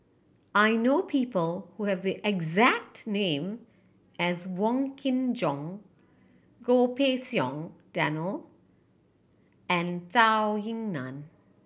I know people who have the exact name as Wong Kin Jong Goh Pei Siong Daniel and Zhou Ying Nan